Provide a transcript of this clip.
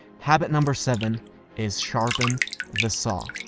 habit number seven is sharpen the saw.